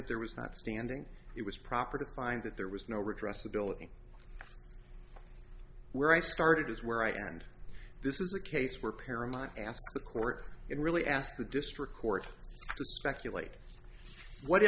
that there was not standing it was proper to find that there was no redress ability where i started is where i am and this is a case where paramount asked the court it really asked the district court to speculate what